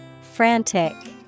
Frantic